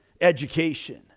education